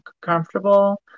comfortable